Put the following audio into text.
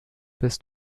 bis